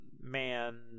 man